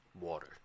Water